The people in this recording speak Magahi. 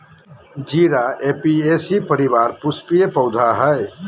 जीरा ऍपियेशी परिवार पुष्पीय पौधा हइ